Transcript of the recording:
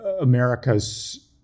America's